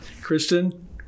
Kristen